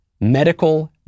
medical